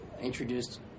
introduced